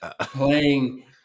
playing